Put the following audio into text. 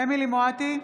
אמילי חיה מואטי,